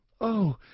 Oh